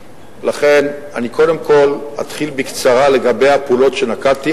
לכן אני קודם כול אציין בקצרה את הפעולות שנקטתי.